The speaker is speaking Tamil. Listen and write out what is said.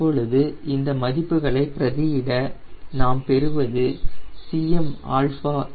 இப்பொழுது இந்த மதிப்புகளை பிரதியிட நாம் பெறுவது Cm 4